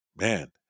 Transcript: man